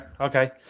okay